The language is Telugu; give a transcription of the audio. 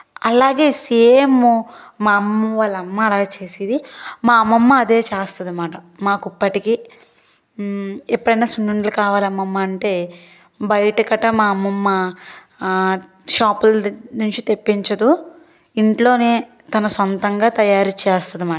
అలాగే సేమ్ మా అమ్మ వాళ్ళ అమ్మ అలాగే చేసేది మా అమ్మమ్మ అదే చేస్తుంది అనమాట మాకు ఇప్పటికి ఎప్పుడైనా సున్నుండలు కావాలి అమ్మమ్మ అంటే బయట గట్టా మా అమ్మమ్మ షాపుల నుంచి తెప్పించదు ఇంట్లోనే తన సొంతంగా తయారు చేస్తుంది అనమాట